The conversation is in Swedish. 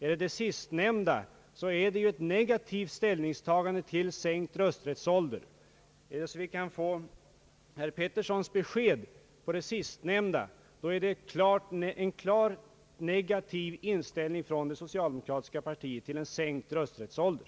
Det sistnämnda betyder, om herr Pettersson vill bekräfta det, en klart negativ inställning från det socialdemokratiska partiet till en sänkt rösträttsålder.